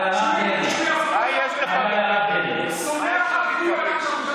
שונא החרדים יתמוך בחוק שלך?